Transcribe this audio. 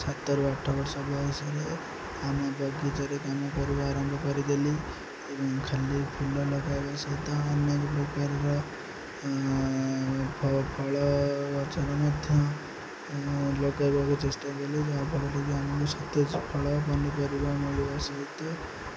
ସାତରୁ ଆଠ ବର୍ଷ ବୟସରେ ଆମ ବଗିଚାରେ କାମ କରିବା ଆରମ୍ଭ କରିଦେଲି ଏବଂ ଖାଲି ଫୁଲ ଲଗାଇବା ସହିତ ଅନେକ ପ୍ରକାରର ଫଳ ଗଛରେ ମଧ୍ୟ ଲଗାଇବାକୁ ଚେଷ୍ଟା କଲି ଯାହାଫଳରେ କି ଆମକୁ ସତେଜ ଫଳ ପନିପରିବା ମିଳିବା ସହିତ